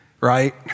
Right